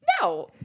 no